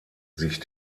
sich